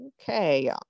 Okay